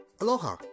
Aloha